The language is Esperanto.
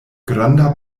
granda